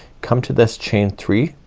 come to this chain three